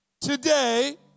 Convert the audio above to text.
Today